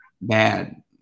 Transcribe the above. bad